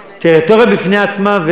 טריטוריה בפני עצמה,